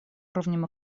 уровнем